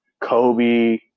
Kobe